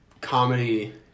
comedy